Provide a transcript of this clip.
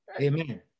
Amen